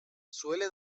suele